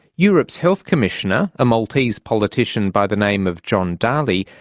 europe's health commissioner, a maltese politician by the name of john dalli,